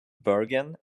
bergen